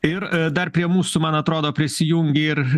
ir dar prie mūsų man atrodo prisijungė ir